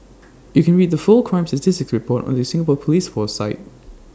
you can read the full crime statistics report on the Singapore Police force site